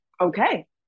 okay